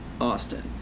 Austin